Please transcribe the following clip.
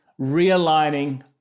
realigning